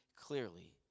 clearly